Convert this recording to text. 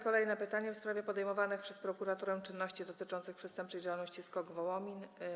Kolejne pytanie, w sprawie podejmowanych przez prokuraturę czynności dotyczących przestępczej działalności SKOK Wołomin.